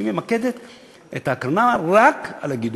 שממקדת את ההקרנה רק בגידול,